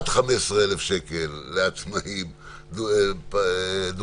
עד 15,000 שקל לעצמאים דו-חודשי.